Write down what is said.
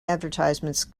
advertisements